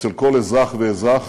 בכל אזרח ואזרח